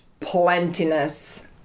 plentiness